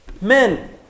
Men